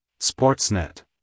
Sportsnet